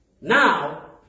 Now